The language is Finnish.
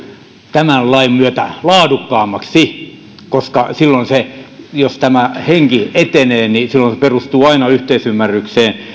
tämän lain myötä laadukkaammiksi koska silloin jos tämä henki etenee ne perustuvat aina yhteisymmärrykseen